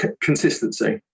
consistency